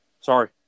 Sorry